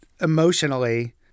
emotionally